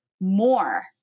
more